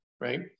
right